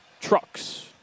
trucks